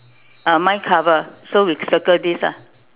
uh mine cover so we circle this ah